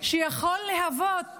שיכול להוות